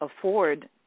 afford